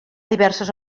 diversos